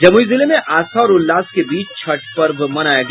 जमुई जिले में आस्था और उल्लास के बीच छठ पर्व मनाया गया